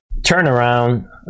turnaround